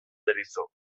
deritzo